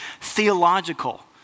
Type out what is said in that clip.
theological